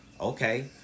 Okay